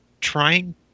trying